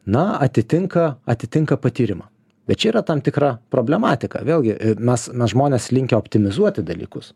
na atitinka atitinka patyrimą bet čia yra tam tikra problematika vėlgi mes mes žmonės linkę optimizuoti dalykus